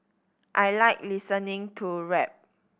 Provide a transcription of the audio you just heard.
I like listening to rap